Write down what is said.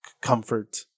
comfort